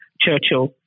Churchill